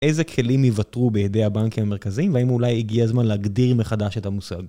איזה כלים ייוותרו בידי הבנקים המרכזיים והאם אולי הגיע הזמן להגדיר מחדש את המושג.